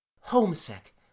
homesick